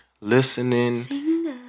listening